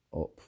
up